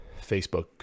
Facebook